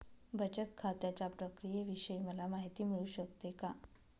बचत खात्याच्या प्रक्रियेविषयी मला माहिती मिळू शकते का?